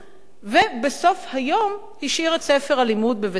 בסוף היום הוא השאיר את ספר הלימוד בבית-הספר.